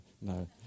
No